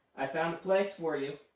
i found a place for you.